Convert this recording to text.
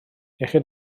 iechyd